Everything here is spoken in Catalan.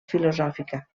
filosòfica